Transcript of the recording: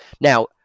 Now